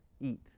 eat